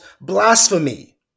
blasphemy